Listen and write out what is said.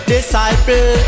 Disciple